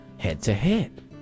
head-to-head